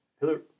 Hillary